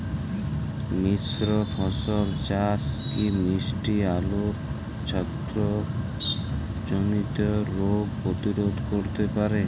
মিশ্র ফসল চাষ কি মিষ্টি আলুর ছত্রাকজনিত রোগ প্রতিরোধ করতে পারে?